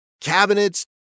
cabinets